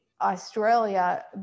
Australia